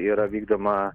yra vykdoma